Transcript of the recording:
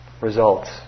results